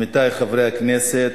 עמיתי חברי הכנסת,